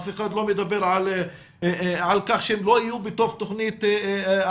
אף אחד לא מדבר על כך שהם לא יהיו בתוך תכנית המפורטת.